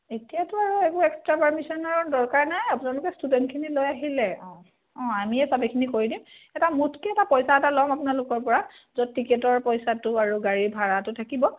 এতিয়াতো আৰু একো এক্সট্ৰা পাৰ্মিশ্য়নৰ দৰকাৰ নাই আপোনালোকে ষ্টুডেণ্টখিনি লৈ আহিলে অঁ অঁ আমিয়েই তাত এইখিনি কৰি দিম এটা মুঠকৈ এটা পইচা এটা ল'ম আপোনালোকৰ পৰা য'ত টিকেটৰ পইচাটো আৰু গাড়ীৰ ভাড়াটো থাকিব